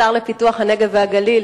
השר לפיתוח הנגב והגליל,